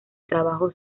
trabajos